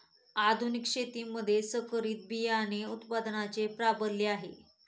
आधुनिक शेतीमध्ये संकरित बियाणे उत्पादनाचे प्राबल्य आहे